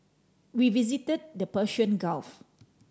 we visited the Persian Gulf